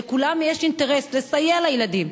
שלכולם יש אינטרס לסייע לילדים,